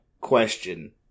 question